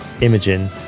Imogen